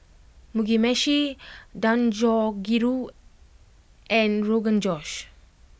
Mugi Meshi Dangojiru and Rogan Josh